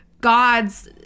gods